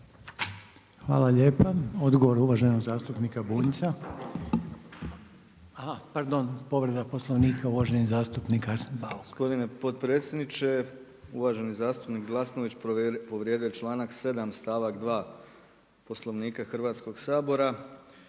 Hvala lijepa. Odgovor uvaženog zastupnika Bunjca. Aha, pardon, povreda Poslovnika, uvaženi zastupnik Arsen Bauk.